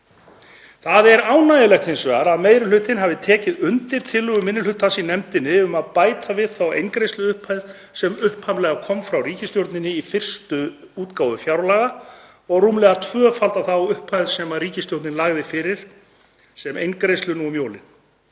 Það er ánægjulegt að meiri hlutinn hafi tekið undir tillögur minni hlutans í nefndinni um að bæta við þá eingreiðsluupphæð sem upprunalega kom frá ríkisstjórninni í fyrstu útgáfu fjáraukalaga og rúmlega tvöfalda þá upphæð sem ríkisstjórnin lagði til fyrir eingreiðslu nú um jólin.